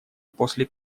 после